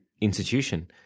Institution